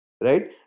right